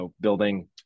building